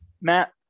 Matt